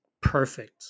perfect